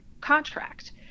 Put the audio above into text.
contract